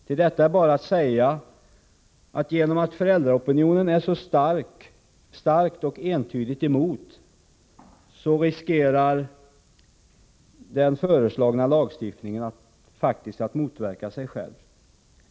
Till det är bara att säga, att genom att föräldraopinionen är så starkt och entydigt emot ett slopande, så riskerar den föreslagna lagstiftningen faktiskt att motverka sig själv.